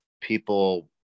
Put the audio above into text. people